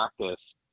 practice